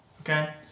Okay